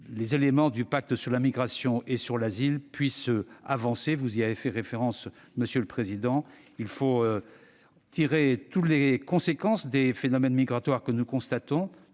les éléments du pacte sur la migration et l'asile puissent avancer. Vous y avez fait référence, monsieur le président de la commission. Il faut tirer toutes les conséquences des phénomènes migratoires que nous constatons,